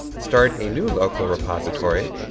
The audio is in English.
start a new local repository,